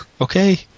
Okay